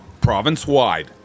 province-wide